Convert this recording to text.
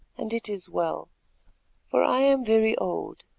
and it is well for i am very old,